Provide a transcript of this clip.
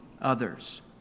others